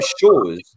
shows